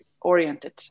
oriented